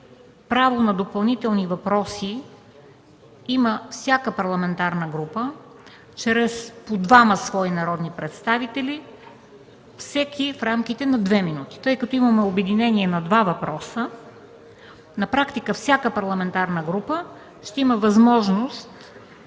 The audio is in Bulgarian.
право на допълнителни въпроси има всяка парламентарна група чрез по двама свои народни представители, всеки в рамките на две минути. Тъй като има обединение на два въпроса, на практика всяка парламентарна група ще има възможност